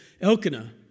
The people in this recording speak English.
Elkanah